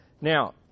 Now